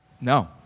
No